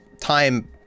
time